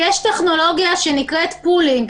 יש טכנולוגיה שנקראת פולינג,